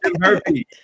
herpes